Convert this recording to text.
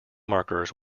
markers